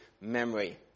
memory